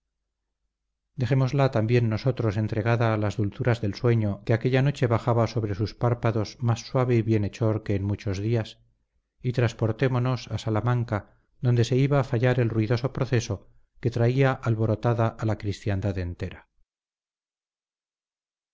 dejémosla también nosotros entregada a las dulzuras del sueño que aquella noche bajaba sobre sus párpados más suave y bienhechor que en muchos días y transportémonos a salamanca donde se iba a fallar el ruidoso proceso que traía alborotada a la cristiandad entera